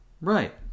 Right